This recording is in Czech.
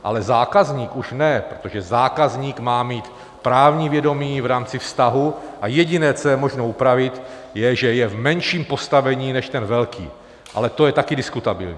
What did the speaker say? Ale zákazník už ne, protože zákazník má mít právní vědomí v rámci vztahu, a jediné, co je možné upravit, je, že je v menším postavení než ten velký, ale to je taky diskutabilní.